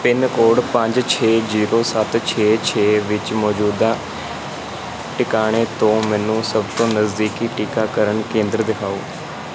pin code ਪੰਜ ਛੇ zero ਸੱਤ ਛੇ ਛੇ ਵਿੱਚ ਮੌਜੂਦਾ ਟਿਕਾਣੇ ਤੋਂ ਮੈਨੂੰ ਸਭ ਤੋਂ ਨਜ਼ਦੀਕੀ ਟੀਕਾਕਰਨ ਕੇਂਦਰ ਦਿਖਾਓ